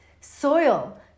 soil